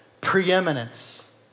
preeminence